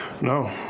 No